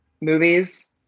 movies